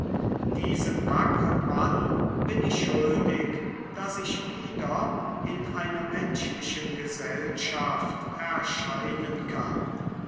diesem wackren mann bin ich schuldig daß ich wieder in einer menschlichen gesellschaft erscheinen kann